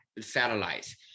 satellites